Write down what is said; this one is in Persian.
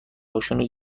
هاشونو